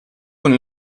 con